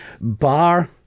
bar